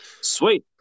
Sweet